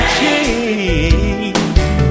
change